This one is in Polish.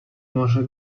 morze